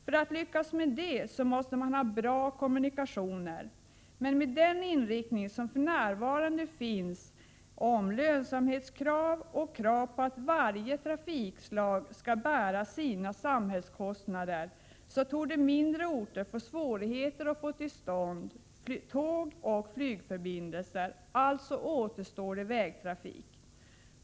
För att lyckas med det måste man ha bra kommunikationer, men med nuvarande inriktning på lönsamhet och krav på att varje trafikslag skall bära sina samhällskostnader torde mindre orter få svårigheter att få till stånd tågoch flygförbindelser. Alltså återstår vägtrafik.